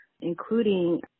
including